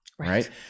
right